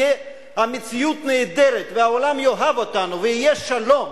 המציאות תהיה נהדרת והעולם יאהב אותנו ויהיה שלום